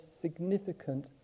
significant